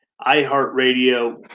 iHeartRadio